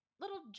Little